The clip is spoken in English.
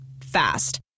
Fast